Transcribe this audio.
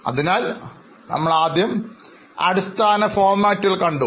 അതിനാൽ നമ്മൾ ആദ്യം അടിസ്ഥാന ഫോർമാറ്റുകൾ കണ്ടു